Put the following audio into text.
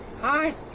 Hi